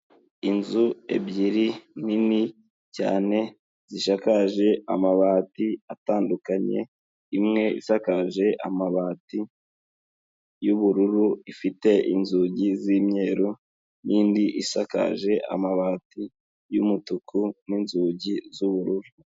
Inzu ebyiri nini cyane zishakaje amabati atandukanye, imwe isakaje amabati y'ubururu ifite inzugi z'imyeru, n'indi isakaje amabati y'umutuku, n'inzugi z'ubururu.